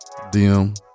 DM